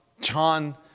John